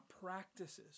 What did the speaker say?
practices